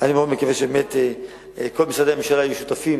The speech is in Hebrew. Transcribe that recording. אני מאוד מקווה שכל משרדי הממשלה יהיו שותפים